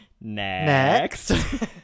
Next